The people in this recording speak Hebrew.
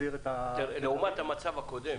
לעומת המצב הקודם,